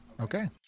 Okay